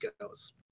goes